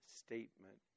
statement